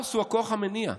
כאוס הוא הכוח המניע.